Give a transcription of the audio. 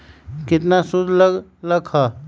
केतना सूद लग लक ह?